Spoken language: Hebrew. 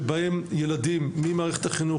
שבהן ילדים ממערכת החינוך,